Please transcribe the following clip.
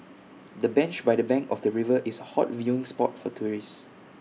the bench by the bank of the river is A hot viewing spot for tourists